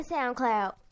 SoundCloud